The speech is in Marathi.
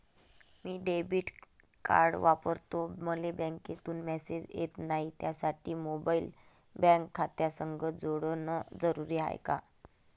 मी डेबिट कार्ड वापरतो मले बँकेतून मॅसेज येत नाही, त्यासाठी मोबाईल बँक खात्यासंग जोडनं जरुरी हाय का?